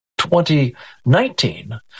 2019